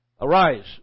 Arise